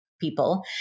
people